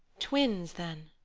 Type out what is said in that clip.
twins, then.